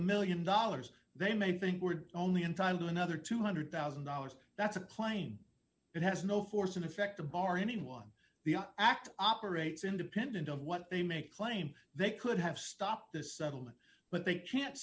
million dollars they may think we're only in time do another two hundred thousand dollars that's a claim it has no force and effect the bar anyone the act operates independent of what they may claim they could have stopped the settlement but they can't